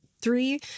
three